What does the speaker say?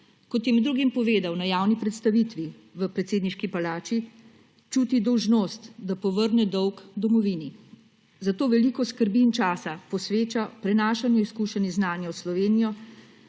Kot je med drugim povedal na javni predstavitvi v predsedniški palači, čuti dolžnost, da povrne dolg domovini. Zato veliko skrbi in časa posveča prenašanju izkušenj in znanja v Slovenijo